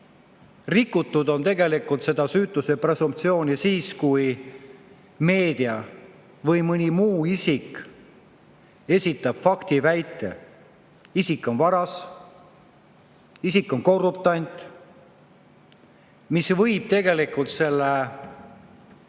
rikutud on seda süütuse presumptsiooni siis, kui meedia või mõni isik esitab faktiväite: isik on varas, isik on korruptant. See võib tegelikult seda info